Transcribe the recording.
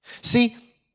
See